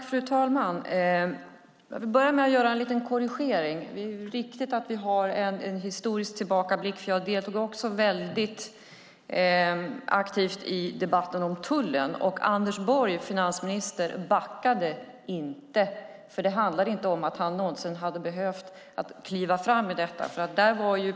Fru talman! Jag vill göra en liten korrigering. Det är riktigt att vi gör en historisk tillbakablick. Jag deltog aktivt i debatten om tullen. Finansminister Anders Borg backade inte. Det handlade inte om att han någonsin hade behövt kliva fram i denna fråga.